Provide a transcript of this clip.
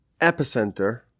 epicenter